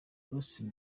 russell